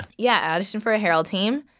yeah, i auditioned for a harold team,